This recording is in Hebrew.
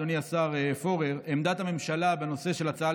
אדוני השר פורר: "עמדת הממשלה" בנושא של הצעה